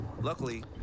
Luckily